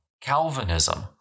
Calvinism